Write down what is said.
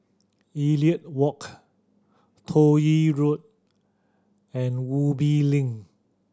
Elliot Walk Toh Yi Road and Ubi Link